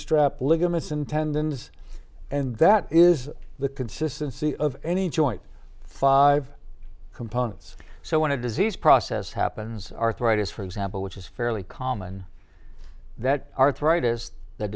strap ligaments and tendons and that is the consistency of any joint five components so when a disease process happens arthritis for example which is fairly common that arthritis that